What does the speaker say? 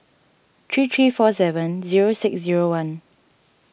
three three four seven zero six zero one